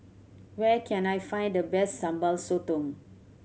where can I find the best Sambal Sotong